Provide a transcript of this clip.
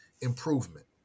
improvement